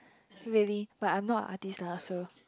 really but I'm not a artist lah so